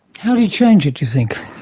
how do you change it, do you think?